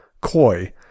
koi